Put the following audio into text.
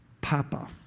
papa